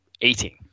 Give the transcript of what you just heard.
eating